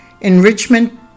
enrichment